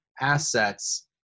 assets